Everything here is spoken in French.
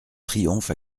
triomphe